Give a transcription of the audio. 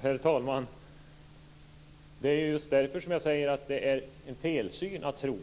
Herr talman! Det är just därför som jag säger att det är en felsyn att tro